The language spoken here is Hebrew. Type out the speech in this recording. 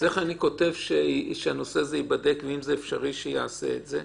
איך אני כותב שהנושא הזה ייבדק ושאם זה אפשרי יעשו את זה?